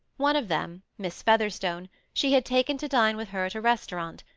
one of them, miss featherstone, she had taken to dine with her at a restaurant,